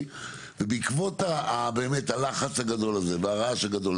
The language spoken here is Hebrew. ובעקבות הלחץ הגדול הזה והרעש הגדול,